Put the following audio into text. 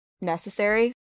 necessary